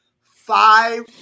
five